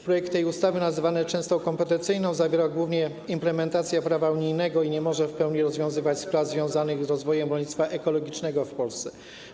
Projekt tej ustawy, nazywanej często kompetencyjną, zawiera głównie implementację prawa unijnego i nie może w pełni rozwiązywać spraw związanych z rozwojem rolnictwa ekologicznego w Polsce.